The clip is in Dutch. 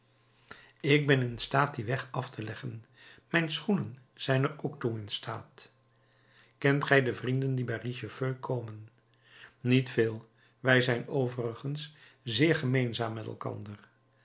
ik ben in staat dien weg af te leggen mijn schoenen zijn er ook toe in staat kent gij de vrienden die bij richefeu komen niet veel wij zijn overigens zeer gemeenzaam met elkander